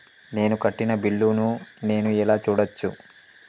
నేను కట్టిన బిల్లు ను నేను ఎలా చూడచ్చు?